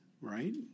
right